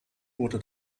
wurde